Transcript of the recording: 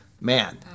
man